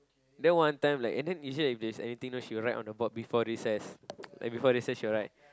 then one time like and then usually if there's anything she will write on the board before recess like before recess she will write